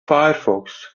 firefox